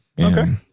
Okay